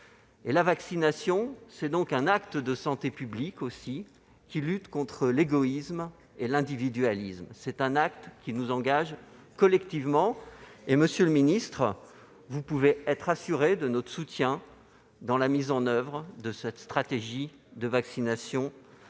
La vaccination est donc un acte de santé publique qui permet aussi de lutter contre l'égoïsme et l'individualisme ; c'est un acte qui nous engage collectivement. Monsieur le ministre, vous pouvez être assuré de notre soutien dans la mise en oeuvre de cette stratégie de vaccination